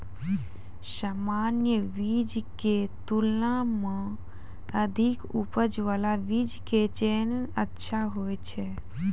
सामान्य बीज के तुलना मॅ अधिक उपज बाला बीज के चयन अच्छा होय छै